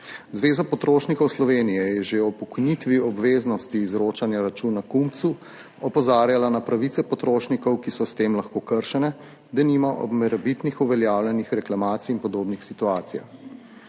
Zveza potrošnikov Slovenije je že ob ukinitvi obveznosti izročanja računa kupcu opozarjala na pravice potrošnikov, ki so s tem lahko kršene, denimo ob morebitnih uveljavljenih reklamacij in podobnih situacijah.